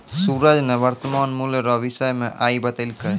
सूरज ने वर्तमान मूल्य रो विषय मे आइ बतैलकै